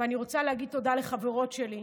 ואני רוצה להגיד תודה לחברות שלי.